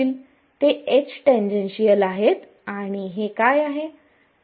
ते H tangential आहेत आणि हे काय आहे